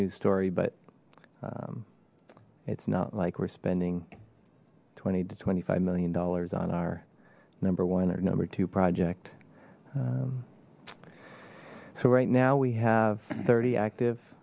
news story but it's not like we're spending twenty to twenty five million dollars on our number one or number two project so right now we have thirty active